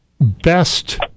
best